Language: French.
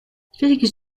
felix